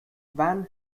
van